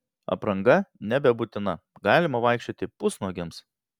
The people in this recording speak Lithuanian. apranga nebebūtina galima vaikščioti pusnuogiams